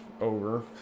over